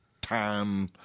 time